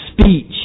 speech